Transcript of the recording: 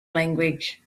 language